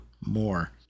more